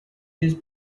these